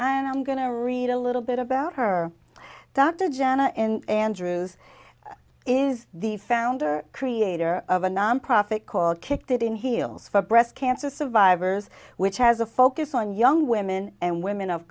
here i'm going to read a little bit about her dr jana and andrews is the founder creator of a nonprofit called kick that in heels for breast cancer survivors which has a focus on young women and women of